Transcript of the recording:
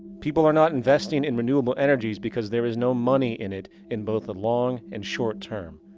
people are not investing in renewable energies because there is no money in it in both long and short term.